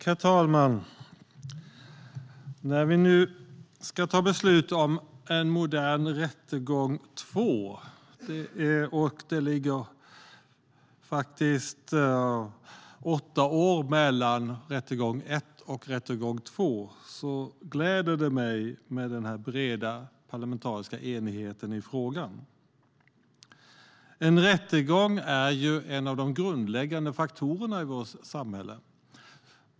Herr talman! När vi nu ska ta beslut om en modernare rättegång II - det är faktiskt åtta år mellan rättegång I och rättegång II - gläds jag åt denna breda parlamentariska enighet i frågan. En rättegång är en av de grundläggande faktorerna i vårt samhälle.